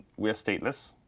we are stateless.